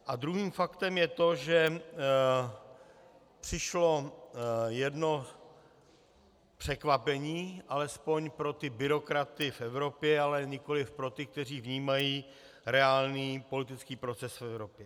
A druhým faktem je to, že přišlo jedno překvapení, alespoň pro ty byrokraty v Evropě, ale nikoliv pro ty, kteří vnímají reálný politický proces v Evropě.